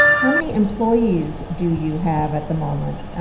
how many employees do you have at the moment?